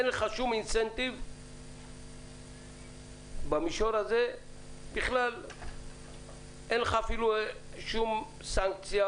אין לך שום אינסנטיב במישור הזה בכלל אין לך אפילו שום סנקציה